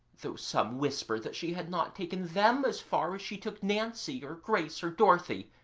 though some whimpered that she had not taken them as far as she took nancy or grace or dorothy,